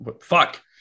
Fuck